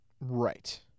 right